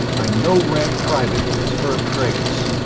i'm no rank private in his first fracas.